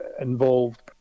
involved